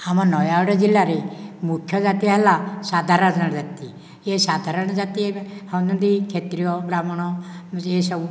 ଆମ ନୟାଗଡ଼ ଜିଲ୍ଲାରେ ମୁଖ୍ୟ ଜାତି ହେଲା ସାଧାରଣ ଜାତି ଏଇ ସାଧାରଣ ଜାତି ହେଉଛନ୍ତି କ୍ଷେତ୍ରୀୟ ବ୍ରାହ୍ମଣ ଯିଏ ସବୁ